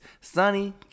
sunny